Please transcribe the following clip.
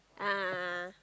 a'ah a'ah a'ah